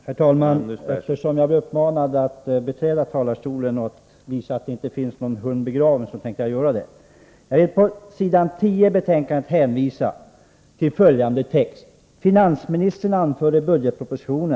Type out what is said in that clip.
Herr talman! Eftersom jag blev uppmanad att beträda talarstolen och visa att det inte finns någon hund begraven tänker jag göra det. Jag vill hänvisa till följande text på s. 10 i betänkandet: ”Finansministern anför i budgetpropositionen (bil.